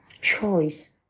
choice